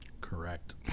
Correct